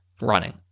running